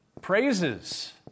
praises